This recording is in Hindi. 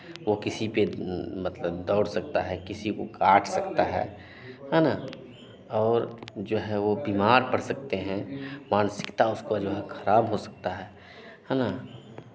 वो किसी पे मतलब दौड़ सकता है किसी को काट सकता है है ना और जो है वो बीमार पड़ सकते हैं मानसिकता जो है उसका खराब हो सकता है है ना